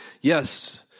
Yes